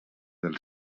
del